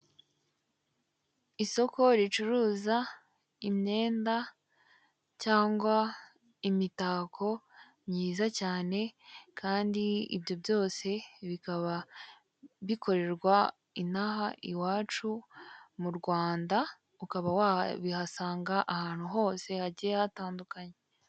Isoko ricuruza imyenda cyangwa imitako myiza cyane kandi ibyo byose bikaba bikorerwa inaha iwacu mu Rwanda ukaba wabihasanga ahantu hose hagiye hatandukanye.